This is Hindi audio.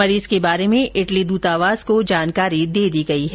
मरीज के बारे में इटली दूतावास को जानकारी दे दी गई है